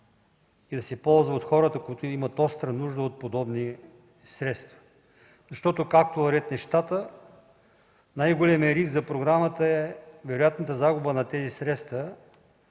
и да се ползва от хората, които имат остра нужда от подобни средства. Защото, както вървят нещата, най-големият риск за програмата е вероятната загуба на тези средства